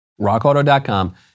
Rockauto.com